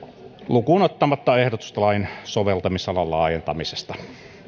lukuun ottamatta ehdotusta lain soveltamisalan laajentamisesta